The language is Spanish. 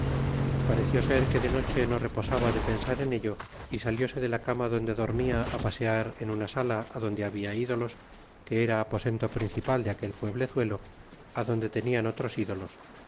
pareció ser que de noche no reposaba de pensar en ello y salióse de la cama donde dormía pasear en una sala adonde habia í dolos que era aposento principal de aquel pueblezuelo adonde tenían otros ídolos